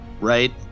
right